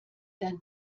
dein